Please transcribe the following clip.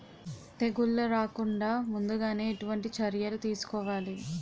తెగుళ్ల రాకుండ ముందుగానే ఎటువంటి చర్యలు తీసుకోవాలి?